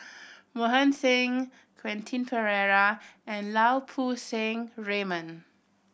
Mohan Singh Quentin Pereira and Lau Poo Seng Raymond